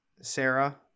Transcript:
Sarah